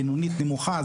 בינונית נמוכה,